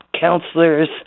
counselors